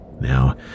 Now